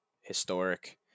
historic